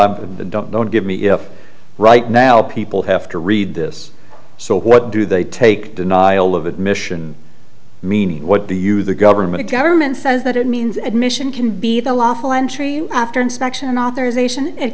i don't don't give me a right now people have to read this so what do they take denial of admission meaning what the you the government government says that it means admission can be the lawful entry after inspection authorization it